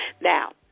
Now